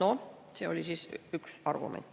No see oli üks argument.